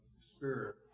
spirit